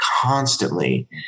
constantly